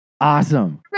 awesome